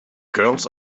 girls